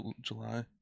July